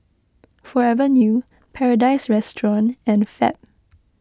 Forever New Paradise Restaurant and Fab